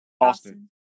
Austin